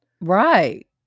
right